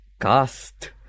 cast